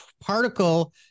particle